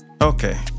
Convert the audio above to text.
okay